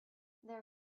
their